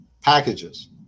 packages